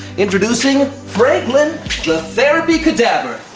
introducing, franklin the therapy cadaver.